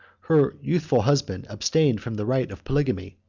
her youthful husband abstained from the right of polygamy,